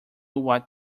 what